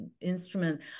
instrument